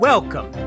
Welcome